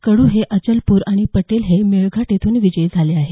कडू हे अचलपूर आणि पटेल हे मेळघाट येथून विजयी झाले आहेत